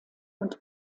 und